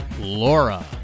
Laura